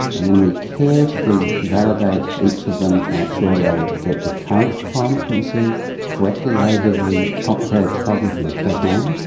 and then we carefully validate each of them to make sure they get the current climate that we see correctly over the complicated typography of tasmania.